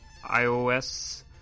iOS